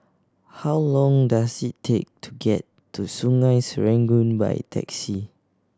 how long does it take to get to Sungei Serangoon by taxi